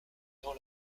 dans